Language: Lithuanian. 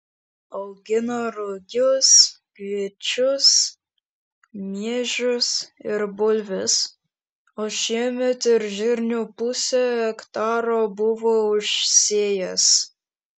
augina rugius kviečius miežius ir bulves o šiemet ir žirnių pusę hektaro buvo užsėjęs